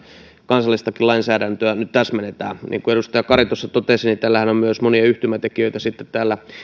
kansallistakin lainsäädäntöä nyt täsmennetään niin kuin edustaja kari tuossa totesi tällähän on myös monia yhtymätekijöitä